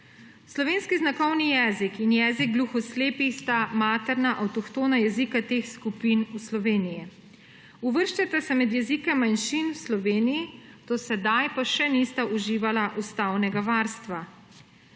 Slovenski znakovni jezik in jezik gluho slepih sta materna avtohtona jezika teh skupin v Sloveniji. Uvrščata se med jezika manjšin v Sloveniji do sedaj pa še nista uživala ustavnega varstva.